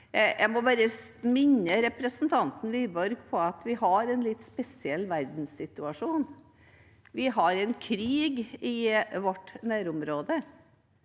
Jeg må bare minne representanten Wiborg om at det er en litt spesiell verdenssituasjon. Det er en krig i vårt nærområde.